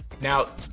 Now